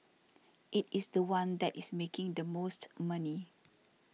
it is the one that is making the most money